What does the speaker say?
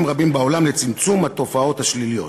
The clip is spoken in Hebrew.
רבים בעולם לצמצום התופעות השליליות.